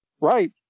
Right